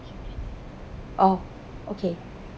oh okay